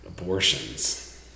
Abortions